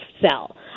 sell